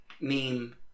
meme